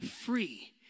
free